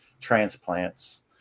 transplants